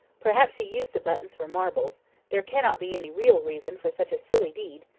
perhaps he used the buttons for marbles there cannot be any real reason for such a silly deed,